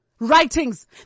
Writings